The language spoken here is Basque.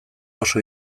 oso